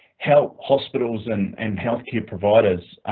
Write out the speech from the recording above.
help hospitals and and health care providers.